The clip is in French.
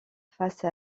face